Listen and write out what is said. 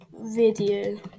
video